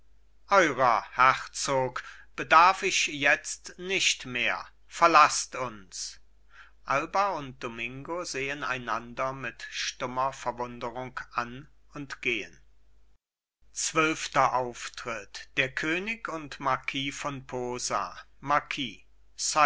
eurer herzog bedarf ich jetzt nicht mehr verlaßt uns alba und domingo sehen einander mit stummer verwunderung an und gehen zwölfter auftritt der könig und marquis von posa